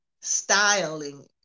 styling